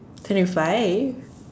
twenty five